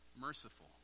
merciful